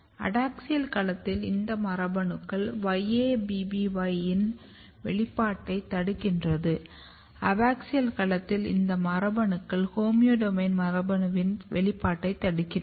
adaxial களத்தில் இந்த மரபணுக்கள் YABBY இன் வெளிப்பாட்டைத் தடுக்கின்றன அபாக்ஸியல் களத்தில் இந்த மரபணுக்கள் ஹோமியோடோமைன் மரபணுவின் வெளிப்பாட்டைத் தடுக்கின்றன